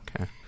Okay